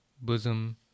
bosom